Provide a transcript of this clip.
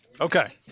Okay